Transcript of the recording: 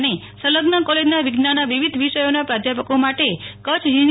અને સંલગ્ન કોલેજના વિજ્ઞાનના વિવિધ વિષયોના પ્રાધ્યાપકો માટે કચ્છ યુની